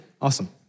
awesome